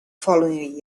following